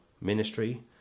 ministry